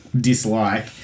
dislike